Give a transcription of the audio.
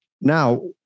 Now